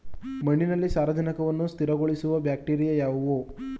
ಮಣ್ಣಿನಲ್ಲಿ ಸಾರಜನಕವನ್ನು ಸ್ಥಿರಗೊಳಿಸುವ ಬ್ಯಾಕ್ಟೀರಿಯಾ ಯಾವುದು?